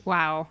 Wow